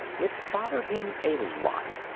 it bothered him a lot.